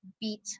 beat